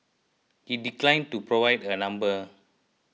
it declined to provide a number